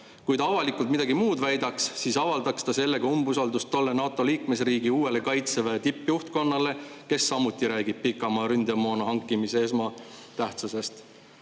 Kui ta avalikult midagi muud väidaks, siis avaldaks ta sellega umbusaldust tolle NATO liikmesriigi uuele kaitseväe tippjuhtkonnale, kes samuti räägib pikamaa ründemoona hankimise esmatähtsusest.